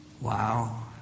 Wow